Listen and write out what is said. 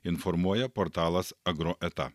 informuoja portalas agroeta